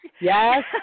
Yes